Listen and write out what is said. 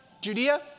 Judea